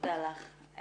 תודה לך.